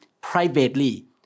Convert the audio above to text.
privately